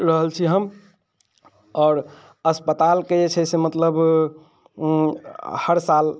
रहल छी हम आओर अस्पतालके जे छै से मतलब हर साल